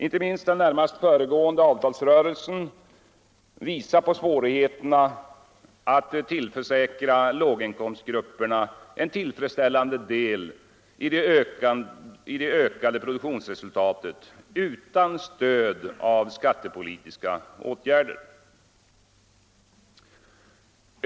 Inte minst den närmast föregående avtalsrörelsen visade på svårigheterna att tillförsäkra låginkomsttagargrupperna en tillfredsställande del i det ökade produktionsresultatet utan stöd av skattepolitiska åtgärder.